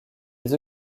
les